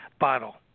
bottle